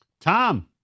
Tom